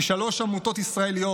כי שלוש עמותות ישראליות,